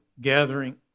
gathering